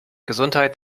gesundheit